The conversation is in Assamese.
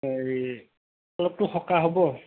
এই অলপটো সকাহ হ'ব